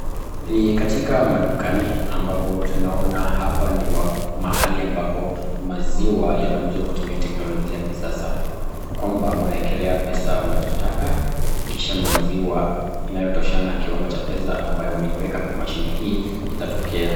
Ni katika madukani ambapo tunaona hapa ni mahali ambapo maziwa yanauzwa kwa kutumia teknolojia ya kisasa kwamba unaekelea pesa unachotaka kisha maziwa inayotoshana na kiwango cha pesa ambayo umeiiweka kwa mashine hii itatokea.